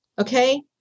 okay